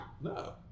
No